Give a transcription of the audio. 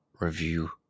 review